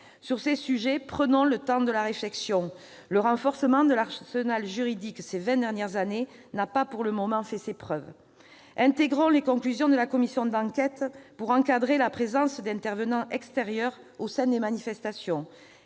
Sur ces sujets, prenons le temps de la réflexion ! Le renforcement de l'arsenal juridique au cours de ces vingt dernières années n'a pas, pour le moment, fait ses preuves. Intégrons les conclusions de la commission d'enquête pour encadrer la présence d'intervenants extérieurs au sein des manifestations,